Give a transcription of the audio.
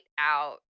out